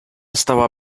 stała